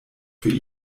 für